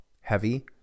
Heavy